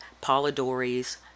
Polidori's